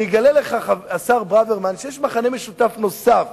אני אגלה לך, השר ברוורמן, שיש מכנה משותף נוסף